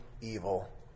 evil